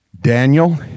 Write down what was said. Daniel